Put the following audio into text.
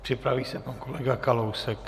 Připraví se pan kolega Kalousek.